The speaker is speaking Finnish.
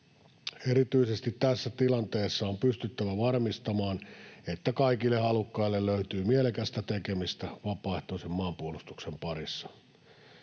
Erityisesti tässä tilanteessa on pystyttävä varmistamaan, että kaikille halukkaille löytyy mielekästä tekemistä vapaaehtoisen maanpuolustuksen parissa.